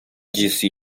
disse